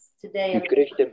Today